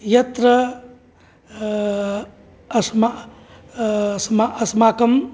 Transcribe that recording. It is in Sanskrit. यत्र अस्मा अस्मा अस्माकं